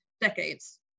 decades